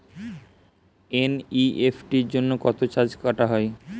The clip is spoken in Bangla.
এন.ই.এফ.টি জন্য কত চার্জ কাটা হয়?